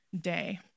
day